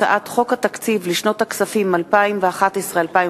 מטעם הממשלה: הצעת חוק התקציב לשנות הכספים 2011 2012,